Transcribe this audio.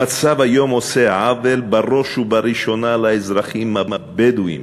המצב היום עושה עוול בראש ובראשונה לאזרחים הבדואים,